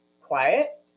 quiet